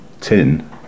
tin